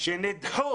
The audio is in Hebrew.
שנדחו